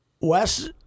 Wes